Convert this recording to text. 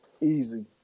Easy